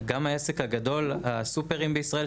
גם הסופרים בישראל,